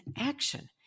action